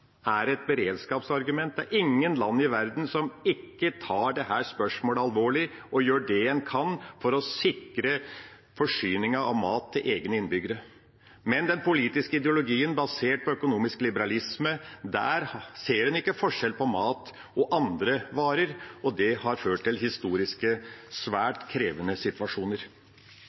er det et beredskapsargument, det er ingen land i verden som ikke tar dette spørsmålet alvorlig og gjør det en kan for å sikre forsyningen av mat til egne innbyggere. Men den politiske ideologien basert på økonomisk liberalisme ser ikke forskjell på mat og andre varer, og det har historisk ført til svært krevende situasjoner.